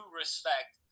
respect